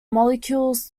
molecules